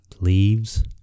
leaves